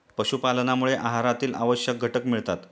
पशुपालनामुळे आहारातील आवश्यक घटक मिळतात